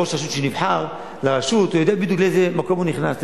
וראש רשות שנבחר לרשות יודע בדיוק לאיזה מקום הוא נכנס,